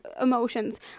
emotions